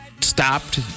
stopped